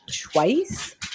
twice